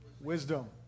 wisdom